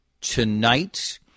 tonight